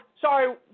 sorry